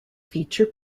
feature